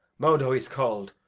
modo he's call'd,